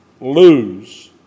lose